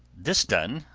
this done,